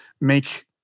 make